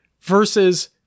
versus